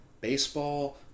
baseball